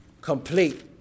complete